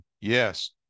Yes